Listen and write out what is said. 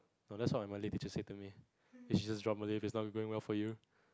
no that's all my Malay teacher said to me he he is from Malay he is not going well for you